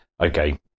okay